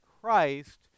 Christ